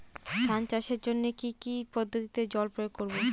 ধান চাষের জন্যে কি কী পদ্ধতিতে জল প্রয়োগ করব?